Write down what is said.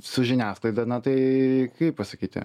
su žiniasklaida na tai kaip pasakyti